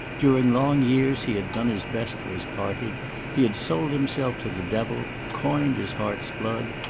during long years he had done his best for his party he had sold himself to the devil, coined his heart's blood,